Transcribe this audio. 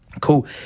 Cool